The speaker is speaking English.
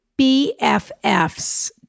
BFFs